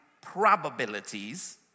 probabilities